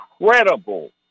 incredible